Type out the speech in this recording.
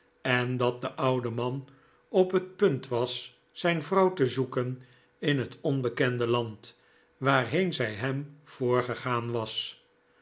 en dat de oude man op het punt was zijn vrouw te zoeken in het onbekende land waarheen zij hem voorgegaan was